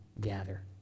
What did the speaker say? gather